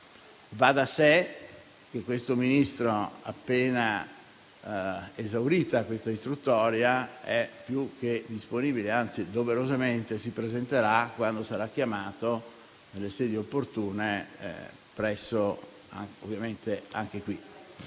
Va da sé che questo Ministro, appena esaurita questa istruttoria, è più che disponibile, anzi doverosamente si presenterà (quando sarà chiamato) nelle sedi opportune e ovviamente anche in